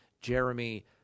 Jeremy